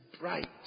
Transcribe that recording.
bright